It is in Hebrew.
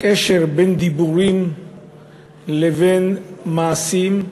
קשר בין דיבורים לבין מעשים,